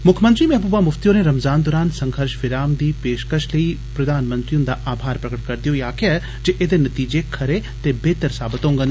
मुक्खमंत्री महबूबा मुफ्ती होरें रमजान दरान संघर्ष विराम लेई प्रधानमंत्री हुंदा आभार प्रगट करदे होई आक्खेआ ऐ जे एदे नतीजे खरे ते बेहतर साबत होंडन